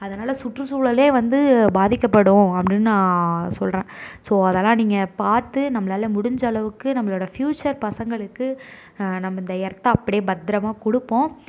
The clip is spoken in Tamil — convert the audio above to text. அதனால் சுற்றுசூழல் வந்து பாதிக்கப்படும் அப்படின்னு நான் சொல்கிறேன் ஸோ அதல்லாம் நீங்கள் பார்த்து நம்மளால் முடிஞ்ச அளவுக்கு நம்மளோடய ஃப்யூச்சர் பசங்களுக்கு நம்ம இந்த எர்த்தை அப்படே பத்திரமா கொடுப்போம்